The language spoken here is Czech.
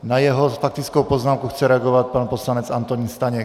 Na jeho faktickou poznámku chce reagovat pan poslanec Antonín Staněk.